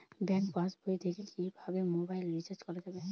Bank পাশবই থেকে কিভাবে মোবাইল রিচার্জ করা যাবে?